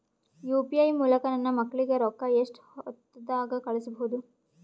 UPI ಮೂಲಕ ನನ್ನ ಮಕ್ಕಳಿಗ ರೊಕ್ಕ ಎಷ್ಟ ಹೊತ್ತದಾಗ ಕಳಸಬಹುದು?